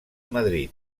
madrid